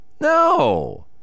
No